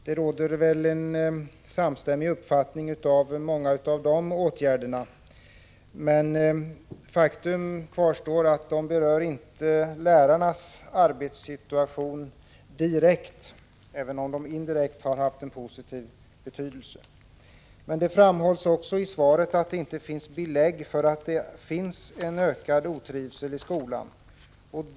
Det råder väl en samstämmig uppfattning om många av dessa åtgärder, men faktum kvarstår att de inte direkt berör lärarnas arbetssituation, även om de indirekt har haft en positiv betydelse. Det framhålls också i svaret att det inte finns belägg för att det är en ökad otrivseli skolan.